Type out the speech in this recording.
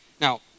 Now